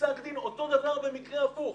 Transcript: פסק דין אותו דבר במקרה הפוך.